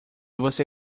você